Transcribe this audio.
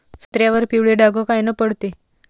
संत्र्यावर पिवळे डाग कायनं पडते?